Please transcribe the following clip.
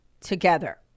together